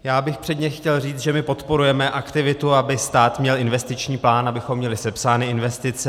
Předně bych chtěl říct, že podporujeme aktivitu, aby stát měl investiční plán, abychom měli sepsány investice.